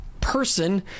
person